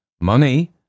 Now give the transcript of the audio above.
Money